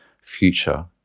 future